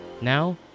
Now